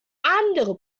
andere